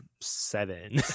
seven